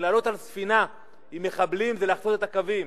לעלות על ספינה עם מחבלים זה לחצות את הקווים,